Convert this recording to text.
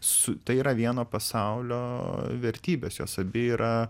su tai yra vieno pasaulio vertybės jos abi yra